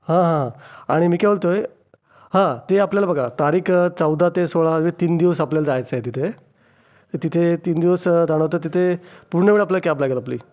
हा हा आणि मी काय बोलतो आहे हा ते आपल्याला बघा तारीख चौदा ते सोळा हे तीन दिवस आपल्याला जायचं आहे तिथे तिथे तीन दिवस जाणं तर तिथे पूर्ण वेळ आपल्या कॅब लागेल आपली